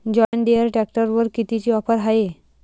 John Deere ट्रॅक्टरवर कितीची offer हाये?